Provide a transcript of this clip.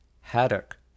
haddock